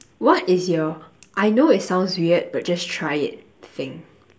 what is your I know it sounds weird but just try it thing